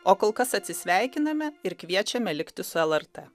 o kol kas atsisveikiname ir kviečiame likti su lrt